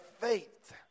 faith